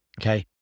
okay